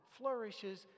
flourishes